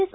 S